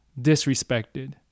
disrespected